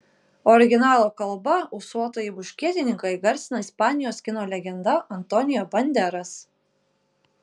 originalo kalba ūsuotąjį muškietininką įgarsina ispanijos kino legenda antonio banderas